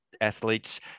athletes